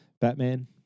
Batman